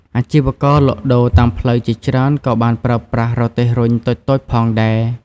អាជីវករលក់ដូរតាមផ្លូវជាច្រើនក៏បានប្រើប្រាស់រទេះរុញតូចៗផងដែរ។